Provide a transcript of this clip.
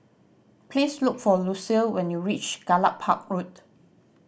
please look for Lucile when you reach Gallop Park Road